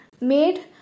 made